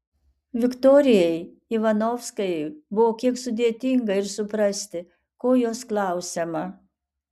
viktorijai ivanovskajai buvo kiek sudėtinga ir suprasti ko jos klausiama